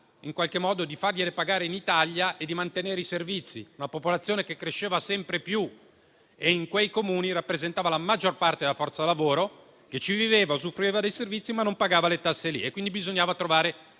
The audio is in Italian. la possibilità di fargliele pagare in Italia e di mantenere i servizi. C'era una popolazione che cresceva sempre di più e in quei Comuni rappresentava la maggior parte della forza lavoro, che ci viveva e usufruiva dei servizi, ma non pagava le tasse lì e quindi bisognava trovare